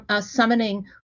summoning